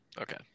Okay